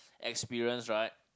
experience right